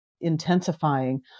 intensifying